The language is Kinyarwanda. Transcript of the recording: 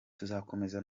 tuzakomeza